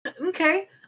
Okay